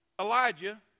Elijah